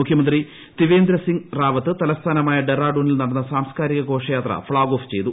മുഖ്യമന്ത്രി ത്രിവേന്ദ്ര സിംഗ് റാവത്ത് തലസ്ഥാനമായ ഡറാഡൂണിൽ നടന്ന സാംസ്കാരിക ഘോഷയാത്ര ഫ്ളാഗ് ഓഫ് ചെയ്തു